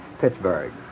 Pittsburgh